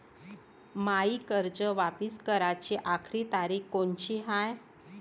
मायी कर्ज वापिस कराची आखरी तारीख कोनची हाय?